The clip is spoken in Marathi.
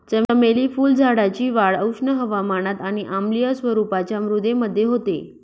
चमेली फुलझाडाची वाढ उष्ण हवामानात आणि आम्लीय स्वरूपाच्या मृदेमध्ये होते